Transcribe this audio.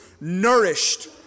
Nourished